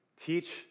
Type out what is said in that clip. Teach